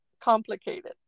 complicated